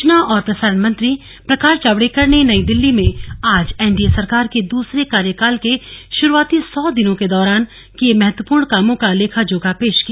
सूचना और प्रसारण मंत्री प्रकाश जावडेकर ने नई दिल्ली में आज एनडीए सरकार के दूसरे कार्यकाल के शुरुआती सौ दिनों के दौरान किये महत्वपूर्ण कामों का लेखाजोखा पेश किया